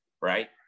right